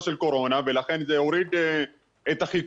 של קורונה ולכן זה הוריד את החיכוך,